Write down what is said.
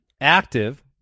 active